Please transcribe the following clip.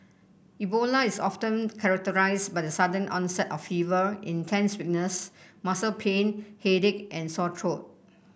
Ebola is often characterised by the sudden onset of fever intense weakness muscle pain headache and sore trod